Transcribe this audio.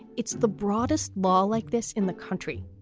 it's the broadest law like this in the country.